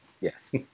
Yes